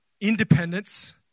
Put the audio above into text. Independence